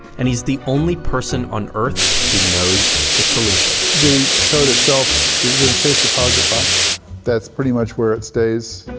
and he's the only person on earth who knows the solution. the code itself is in a safe deposit box that's pretty much where it stays.